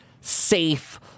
safe